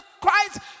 Christ